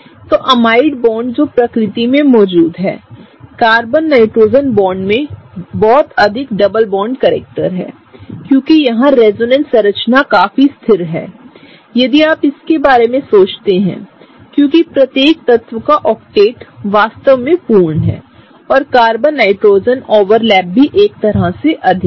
तो amide bond जो प्रकृति में मौजूद हैं कार्बन नाइट्रोजन बॉन्ड में बहुत अधिक डबल बॉन्ड करैक्टर है क्योंकि यहां रेजोनेंस संरचना काफी स्थिर है यदि आप इसके बारे में सोचते हैं क्योंकि प्रत्येक तत्व का ऑक्टेट वास्तव में पूर्ण है और कार्बन नाइट्रोजन ओवरलैप भी एक तरह से अधिक है